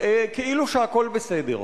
כאילו הכול בסדר.